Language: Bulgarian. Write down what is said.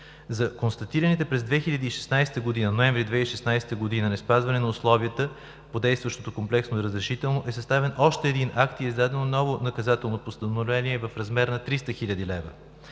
За констатираното през месец ноември 2016 г. неспазване на условията по действащото комплексно разрешително, е съставен още един акт и е издадено ново наказателно постановление в размер на 300 хил. лв.